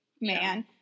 man